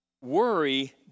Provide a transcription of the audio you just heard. worry